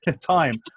time